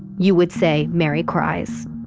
you would say, mary cries.